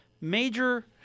major